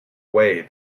away